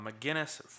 McGinnis